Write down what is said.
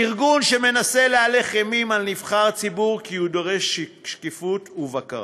ארגון שמנסה להלך אימים על נבחר ציבור כי הוא דורש שקיפות ובקרה.